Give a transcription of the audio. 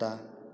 कुत्ता